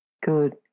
Good